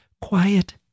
quiet